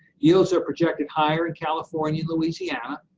yields are projected higher in california and louisiana,